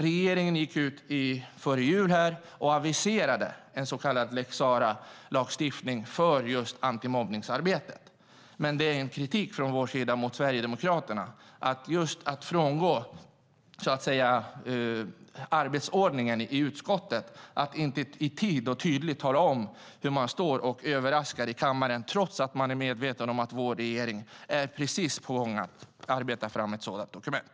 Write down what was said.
Regeringen gick ut före jul och aviserade en så kallad lex Sara-lagstiftning för just antimobbningsarbetet. Vi har kritik mot Sverigedemokraterna just för att man frångår arbetsordningen i utskottet och inte i tid och tydligt har talat om var man står utan i stället överraskar i kammaren, trots att man är medveten om att vår regering är på gång med att arbeta fram ett sådant dokument.